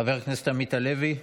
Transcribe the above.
חבר הכנסת עמית הלוי,